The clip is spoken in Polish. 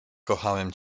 kochałem